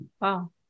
Wow